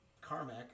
Carmack